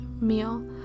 meal